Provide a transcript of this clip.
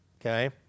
okay